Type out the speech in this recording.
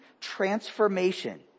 transformation